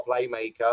playmaker